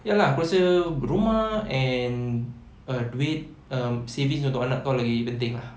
ya lah aku rasa rumah and uh duit um savings untuk anak kau lagi penting lah